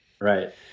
Right